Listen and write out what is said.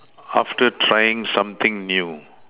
after trying something new